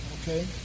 Okay